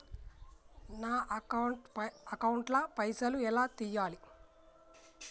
నా అకౌంట్ ల పైసల్ ఎలా తీయాలి?